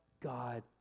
god